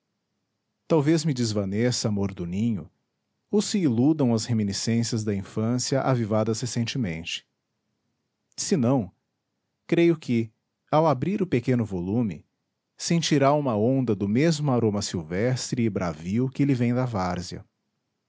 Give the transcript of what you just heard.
talvez me desvaneça amor do ninho ou se iludam as reminiscências da infância avivadas recentemente se não creio que ao abrir o pequeno volume sentirá uma onda do mesmo aroma silvestre e bravio que lhe vem da várzea